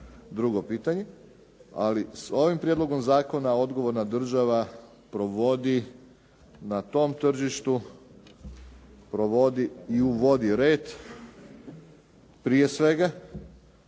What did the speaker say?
drugo pitanje ali s ovim prijedlogom zakona odgovorna država provodi na tom tržištu provodi i uvodi red prije svega